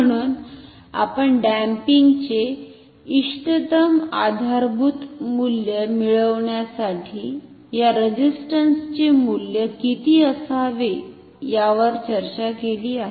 म्हणून आपण डॅम्पिंगचे इष्टतम आधारभूत मूल्य मिळविण्यासाठी या रेझिस्टंसचे मूल्य किती असावे यावर चर्चा केली आहे